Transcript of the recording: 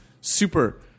Super